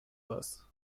bus